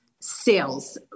sales